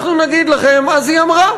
אנחנו נגיד לכם: אז היא אמרה.